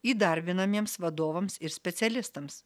įdarbinamiems vadovams ir specialistams